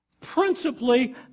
Principally